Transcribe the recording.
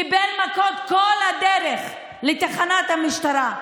קיבל מכות כל הדרך לתחנת המשטרה.